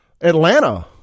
Atlanta